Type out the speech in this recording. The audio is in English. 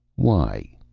why?